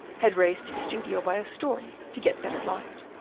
had raised his studio by a story to get better light,